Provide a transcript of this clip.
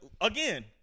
Again